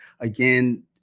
again